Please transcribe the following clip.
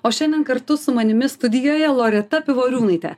o šiandien kartu su manimi studijoje loreta pivoriūnaitė